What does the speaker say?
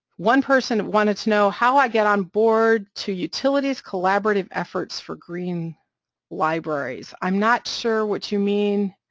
one person wanted to know how i get on board to utilities collaborative efforts for green libraries i'm not sure what you mean